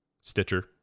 Stitcher